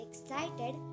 excited